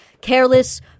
careless